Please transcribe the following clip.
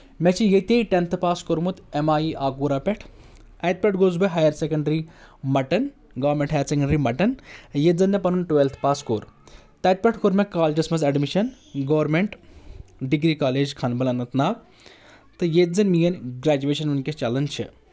مےٚ چھِ ییٚتہِ ٹؠنتھٕ پاس کوٚرمُت ایم آی آگوٗراہ پؠٹھ اتہِ پؠٹھ گوٚژھ بہٕ higher secondary Mattan government higher secondary Mattan ییٚتہِ زن مےٚ پنُن ٹُویلتھ پاس کوٚر تَتہِ پؠٹھ کوٚر مےٚ کالجس منٛز admission government degree college Khanabal Anantnag تہٕ ییٚتہِ زن میٲنۍ گریجویشن وٕنکیٚس چلان چھِ